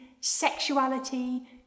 sexuality